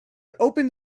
opened